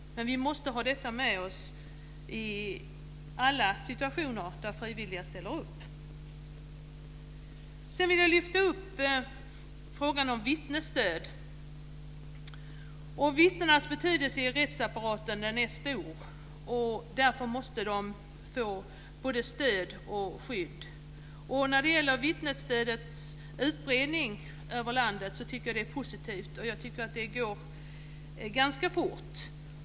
Vi måste ha detta med oss i alla situationer där frivilliga ställer upp. Sedan vill jag lyfta fram frågan om vittnesstöd. Vittnenas betydelse i rättsapparaten är stor. Därför måste de få både stöd och skydd. Vittnesstödets utbredning över landet tycker jag är positiv. Jag tycker att det går ganska fort.